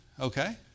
Okay